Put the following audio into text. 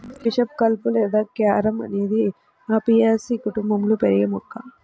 bishop కలుపు లేదా carom అనేది అపియాసి కుటుంబంలో పెరిగే మొక్క